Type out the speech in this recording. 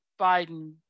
Biden